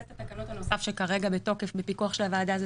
סט התקנות הנוסף שכרגע בתוקף בפיקוח של הוועדה זה